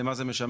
למה זה משמש?